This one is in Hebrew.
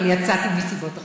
אבל יצאתי מסיבות אחרות.